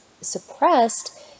suppressed